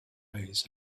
ways